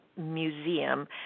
museum